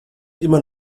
immer